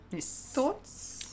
thoughts